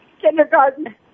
kindergarten